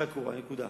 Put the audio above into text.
נקודה.